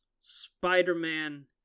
Spider-Man